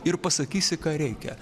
ir pasakysi ką reikia